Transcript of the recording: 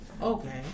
Okay